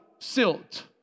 silt